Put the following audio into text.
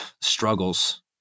struggles